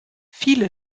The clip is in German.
viele